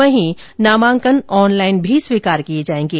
वहीं नामांकन ऑनलाइन भी स्वीकार किए जाएंगे